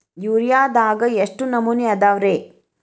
ಯೂರಿಯಾದಾಗ ಎಷ್ಟ ನಮೂನಿ ಅದಾವ್ರೇ?